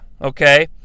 okay